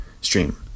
stream